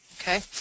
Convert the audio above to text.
Okay